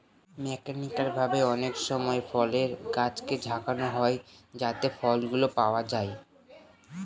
mechanical ভাবে অনেকসময় ফলের গাছকে ঝাঁকানো হয় যাতে ফলগুলো পাওয়া যায়